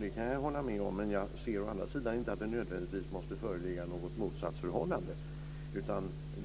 Det kan jag hålla med om, men jag ser å andra sidan inte att det nödvändigtvis måste föreligga något motsatsförhållande.